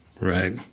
Right